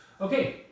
Okay